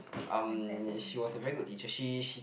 um she was a very good teacher she she